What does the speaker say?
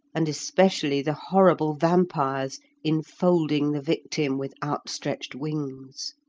and especially the horrible vampires enfolding the victim with outstretched wings.